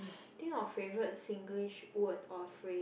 think of favorite Singlish word or phrase